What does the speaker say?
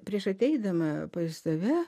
prieš ateidama pas tave